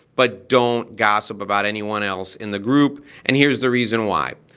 but don't gossip about anyone else in the group, and here's the reason why.